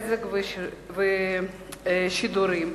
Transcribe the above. את הצעת חוק התקשורת (בזק ושידורים)